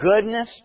goodness